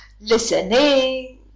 listening